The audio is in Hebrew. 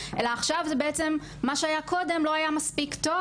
אלא עכשיו זה: מה שהיה קודם לא היה מספיק טוב,